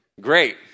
great